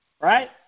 right